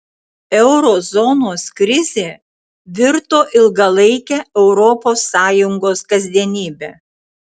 euro zonos krizė virto ilgalaike europos sąjungos kasdienybe